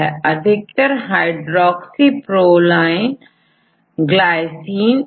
जैसे यहां हाइड्रॉक्सीप्रोलाइन के कांबिनेशन से ग्लाइसिन और प्रोलीन बने हैं